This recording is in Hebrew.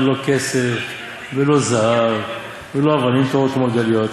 לא כסף ולא זהב ולא אבנים טובות ומרגליות,